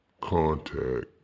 contact